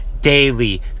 daily